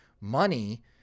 money